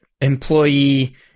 employee